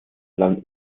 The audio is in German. land